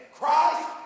Christ